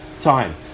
time